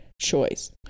choice